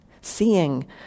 Seeing